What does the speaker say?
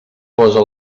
posa